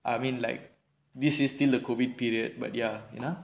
I mean like this is still a COVID period but ya you know